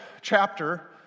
chapter—